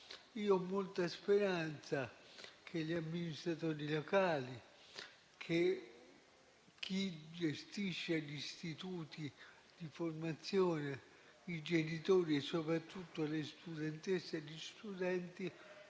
Ho molta speranza che gli amministratori locali, chi gestisce gli istituti di formazione, i genitori e soprattutto le studentesse e gli studenti